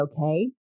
okay